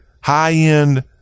high-end